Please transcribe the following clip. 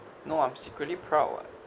no I'm secretly proud [what]